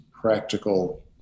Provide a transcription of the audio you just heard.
practical